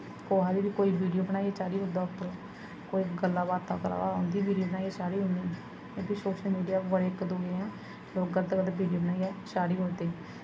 कुसा दी बी कोई वीडियो बनाइयै चाढ़ी ओड़दा उप्पर कोई गल्लां बातां करा दा उंदी वीडियो बनाइयै चाढ़ी ओड़नी उब्बी सोशल मीडिया पर इक दूए दी लोक गल्त गल्त वीडियो बनाइयै चाढ़ी ओड़दे